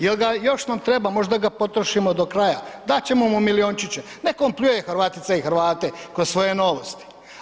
Jer ga, još nam treba, možda ga potrošimo do kraja, dat ćemo mu milijunčiće, neka on pljuje Hrvatice i Hrvate kroz svoje Novosti.